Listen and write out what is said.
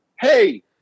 hey